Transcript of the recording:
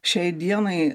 šiai dienai